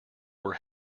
were